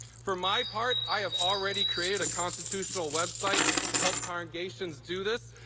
for my part, i have already created a constitutional website to help congregations do this,